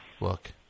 Look